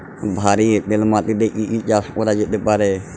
ভারী এঁটেল মাটিতে কি কি চাষ করা যেতে পারে?